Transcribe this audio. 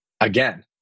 again